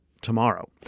tomorrow